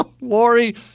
Lori